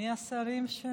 מי השרים?